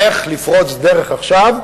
איך לפרוץ דרך עכשיו,